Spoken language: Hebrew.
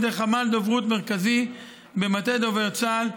ידי חמ"ל דוברות מרכזי במטה דובר צה"ל,